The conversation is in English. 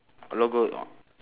logo